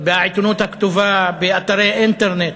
בעיתונות הכתובה, באתרי אינטרנט.